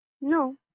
No